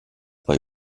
bei